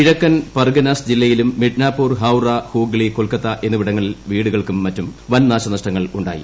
കിഴക്കൻ പർഗനാസ് ജില്ലയിലും മിഡ്നാപ്പൂർ ഹൌറ ഹൂഗ്ലി കൊൽക്കത്ത എന്നിവിടങ്ങളിൽ വീടുകൾക്കും മറ്റും വൻ നാശനഷ്ടങ്ങളു ായി